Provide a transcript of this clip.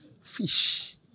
fish